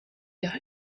leur